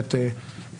אמרתי את זה,